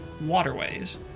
waterways